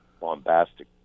bombastic